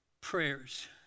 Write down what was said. prayers